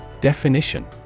Definition